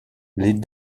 les